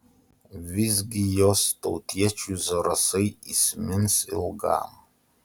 visgi jos tautiečiui zarasai įsimins ilgam